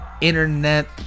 internet